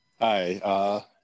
Hi